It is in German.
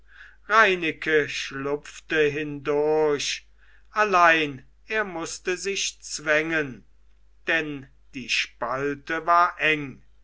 reineke schlupfte hindurch allein er mußte sich zwängen denn die spalte war eng